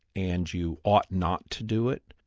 and you ought not to do it,